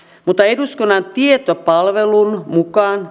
mutta eduskunnan tietopalvelun mukaan